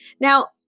Now